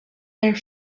their